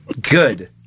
good